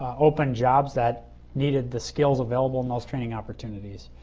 open jobs that needed the skills available in those training opportunities.